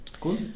Cool